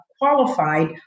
qualified